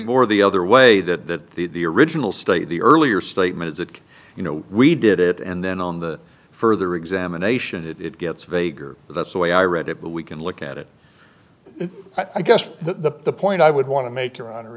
more the other way that the original state the earlier statement is that you know we did it and then on the further examination it it gets vaguer that's the way i read it but we can look at it i guess the point i would want to make